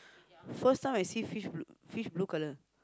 first time I see fish bl~ fish blue color